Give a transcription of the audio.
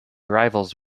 rivals